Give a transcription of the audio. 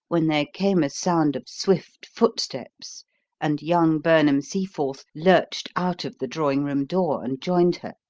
when there came a sound of swift footsteps and young burnham-seaforth lurched out of the drawing-room door and joined her.